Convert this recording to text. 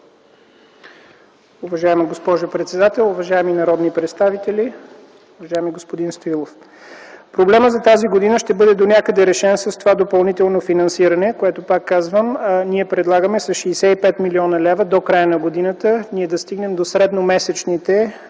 Уважаема госпожо председател, уважаеми народни представители! Уважаеми господин Стоилов, проблемът за тази година ще бъде донякъде решен с допълнителното финансиране. Пак казвам, ние предлагаме с 65 млн. лв. до края на годината да стигнем до средномесечните